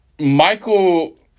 Michael